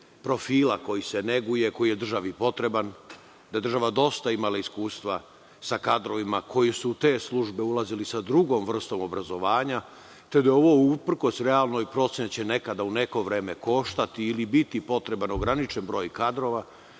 profila koji se neguje, koji je državi potreban, da je država imala dosta iskustva sa kadrovima koji su u te službe ulazile sa drugom vrstom obrazovanja, to je bilo uprkos realnoj proceni da će nekada u neko vreme koštati ili biti potreban ograničen broj kadrova,